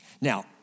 Now